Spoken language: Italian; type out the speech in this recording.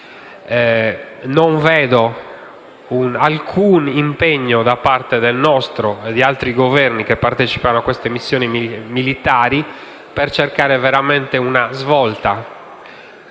Non vedo alcun impegno da parte del nostro e di altri Governi che partecipano a queste missioni militari, per cercare veramente una svolta